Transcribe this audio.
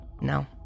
No